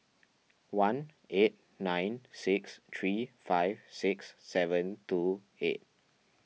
one eight nine six three five six seven two eight